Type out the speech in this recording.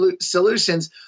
solutions